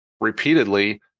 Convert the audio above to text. repeatedly